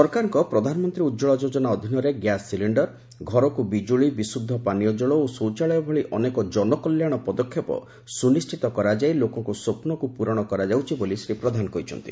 ସରକାରଙ୍କ ପ୍ରଧାନମନ୍ତୀ ଉଜ୍ୱଳା ଯୋଜନା ଅଧୀନରେ ଗ୍ୟାସ୍ ସିଲିଶ୍ଡରଘରକୁ ବିକୁଳି ବିକୁଦ୍ଧ ପାନୀୟ ଜଳ ଓ ଶୌଚାଳୟ ଭଳି ଅନେକ ଜନକଲ୍ୟାଶ ପଦକ୍ଷେପ ସୁନିଶ୍ବିତ କରାଯାଇ ଲୋକଙ୍କ ସ୍ୱପ୍ନକୁ ପୂରଣ କରାଯାଉଛି ବୋଲି ଶ୍ରୀ ପ୍ରଧାନ କହିଛନ୍ତି